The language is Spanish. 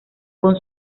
con